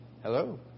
Hello